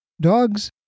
dogs